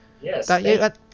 yes